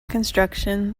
construction